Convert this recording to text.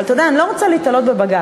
אבל אתה יודע, אני לא רוצה להיתלות בבג"ץ.